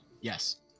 Yes